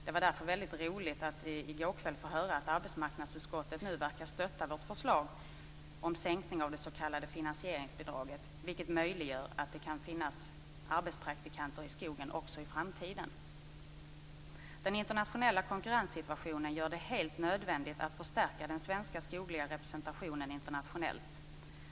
Det var därför väldigt roligt att i går kväll få höra att arbetsmarknadsutskottet nu verkar stötta vårt förslag om sänkning av det s.k. finansieringsbidraget, vilket möjliggör att det kan finnas arbetspraktikanter i skogen också i framtiden. Den internationella konkurrenssituationen gör det helt nödvändigt att förstärka den svenska skogliga representationen internationellt.